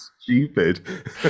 stupid